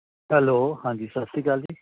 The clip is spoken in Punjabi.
ਹੈਲੋ ਹਾਂਜੀ ਸਤਿ ਸ਼੍ਰੀ ਅਕਾਲ ਜੀ